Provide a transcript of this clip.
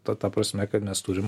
ta ta prasme kad mes turim